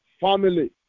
family